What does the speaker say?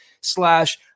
slash